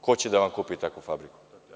Ko će da vam kupi takvu fabriku?